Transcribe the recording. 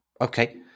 okay